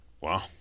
Wow